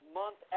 month